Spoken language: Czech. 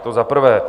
To za prvé.